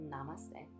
Namaste